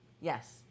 Yes